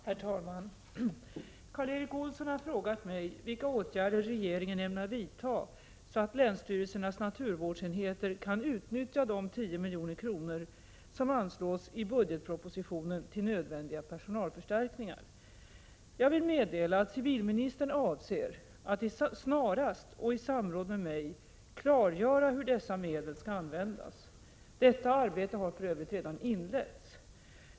Herr talman! Karl Erik Olsson har frågat mig vilka åtgärder regeringen ämnar vidta så att länsstyrelsernas naturvårdsenheter kan utnyttja de 10 milj.kr. som anslås i budgetpropositionen till nödvändiga personalförstärkningar. Jag vill meddela att civilministern avser att, snarast och i samråd med mig, klargöra hur dessa medel skall användas. Detta arbete har redan inletts.